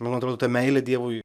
man atrodo ta meilė dievui